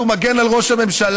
הוא מגן על ראש הממשלה,